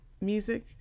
music